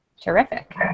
Terrific